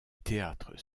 théâtre